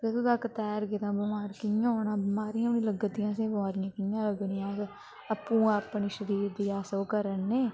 जंदू तक तैरगे ते बमार कियां होना बमारियां बी लगादियां असें बमारियां कियां लग्गनियां अस आपूं गै अपने शरीर गी अस ओह् करा ने